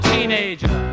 Teenager